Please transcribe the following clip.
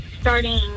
starting